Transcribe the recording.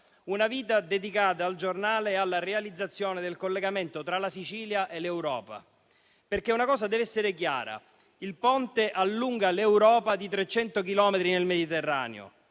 Una vita dedicata al giornale e alla realizzazione del collegamento tra la Sicilia e l'Europa, perché una cosa deve essere chiara: il Ponte allunga l'Europa di 300 chilometri nel Mediterraneo